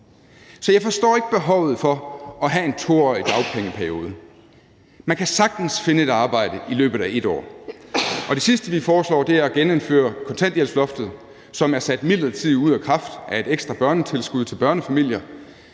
Så jeg forstår ikke behovet for at have en 2-årig dagpengeperiode. Man kan sagtens finde et arbejde i løbet af 1 år. Det sidste, vi foreslår, er at genindføre kontanthjælpsloftet, som er sat midlertidigt ud af kraft af et ekstra børnetilskud til børnefamilier,